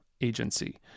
agency